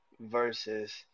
versus